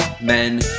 men